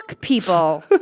people